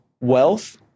wealth